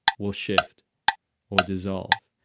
will shift or dissolve.